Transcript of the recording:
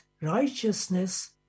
righteousness